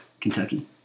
Kentucky